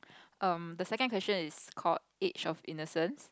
um the second question is called each of innocence